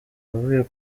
avuye